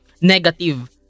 negative